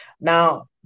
Now